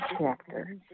chapter